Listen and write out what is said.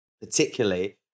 particularly